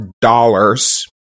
dollars